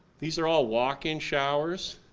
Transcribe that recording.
these are all walk in showers,